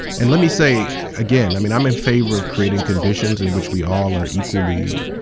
and let me say again, i mean i'm in favor of creating conditions in which we all are equally